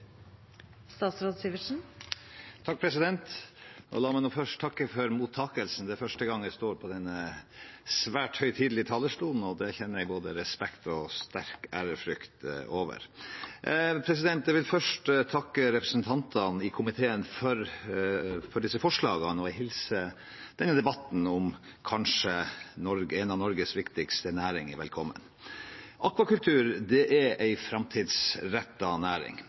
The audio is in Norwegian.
første gang jeg står på denne svært høytidelige talerstolen, og det kjenner jeg både respekt og sterk ærefrykt over. Jeg vil takke representantene i komiteen for disse forslagene og hilse denne debatten om kanskje en av Norges viktigste næringer velkommen. Akvakultur er en framtidsrettet næring. Jeg er enig med forslagsstillerne i at oppdrettsnæringen har flere utfordringer som må løses. Derfor synes jeg det er